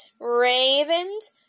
ravens